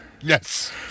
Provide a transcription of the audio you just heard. Yes